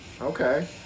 Okay